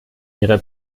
ihre